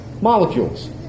molecules